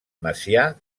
macià